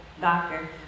doctor